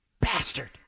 bastard